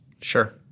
Sure